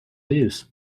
use